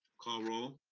call roll.